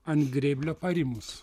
ant grėblio parimus